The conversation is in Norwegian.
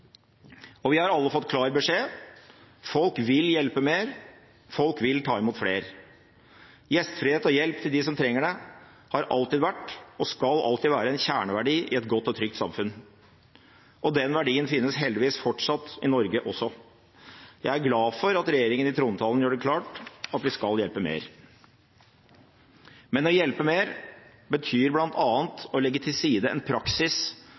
skal alltid være en kjerneverdi i et godt og trygt samfunn. Den verdien finnes heldigvis fortsatt i Norge også. Jeg er glad for at regjeringen i trontalen gjør det klart at vi skal hjelpe mer. Men å hjelpe mer betyr bl.a. å legge til side en praksis